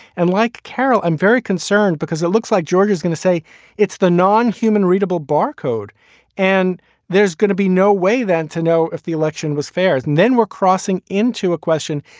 and like carol, i'm very concerned because it looks like georgia is going to say it's the non human readable bar code and there's gonna be no way then to know if the election was fair. and then we're crossing into a question.